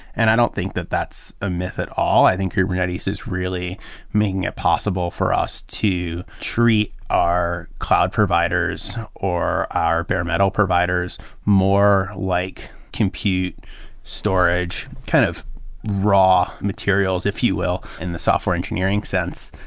and i don't think that that's a myth at all. i think kubernetes is really making it possible for us to treat our cloud providers or our bare metal providers more like compute storage kind of raw materials, if you will, in the software engineering sense.